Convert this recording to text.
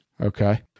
Okay